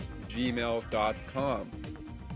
gmail.com